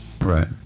Right